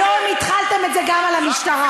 אתם לא עשיתם את זה עד עכשיו.